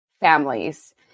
families